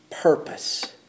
purpose